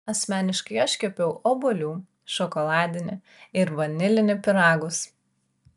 asmeniškai aš kepiau obuolių šokoladinį ir vanilinį pyragus